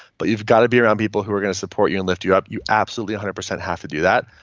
but you've got to be around people who are going to support you and lift you up. you absolutely one hundred percent have to do that.